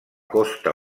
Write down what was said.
costa